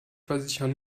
versichern